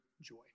joy